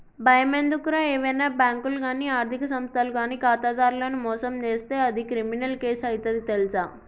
బయమెందుకురా ఏవైనా బాంకులు గానీ ఆర్థిక సంస్థలు గానీ ఖాతాదారులను మోసం జేస్తే అది క్రిమినల్ కేసు అయితది తెల్సా